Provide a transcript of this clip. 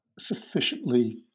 sufficiently